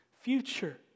future